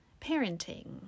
parenting